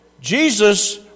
Jesus